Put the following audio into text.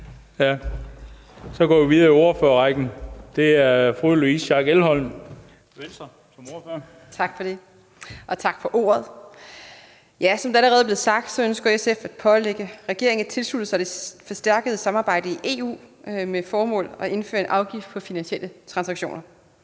Kl. 18:43 (Ordfører) Louise Schack Elholm (V): Tak for det, og tak for ordet. Ja, som det allerede er blevet sagt, ønsker SF at pålægge regeringen at tilslutte sig det forstærkede samarbejde i EU med det formål at indføre en afgift på finansielle transaktioner.